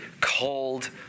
cold